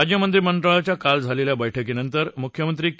राज्यमंत्रीमंडळाच्या काल झालेल्या बैठकीनंतर मुख्यमंत्री के